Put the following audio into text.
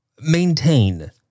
maintain